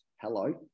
Hello